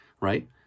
right